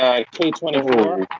a k twenty four.